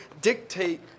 dictate